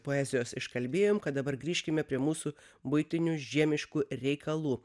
poezijos iškalbėjom kad dabar grįžkime prie mūsų buitinių žiemiškų reikalų